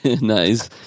Nice